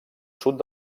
sud